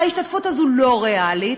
ההשתתפות הזאת לא ריאלית,